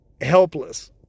helpless